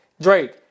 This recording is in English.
Drake